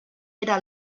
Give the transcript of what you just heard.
era